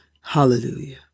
Hallelujah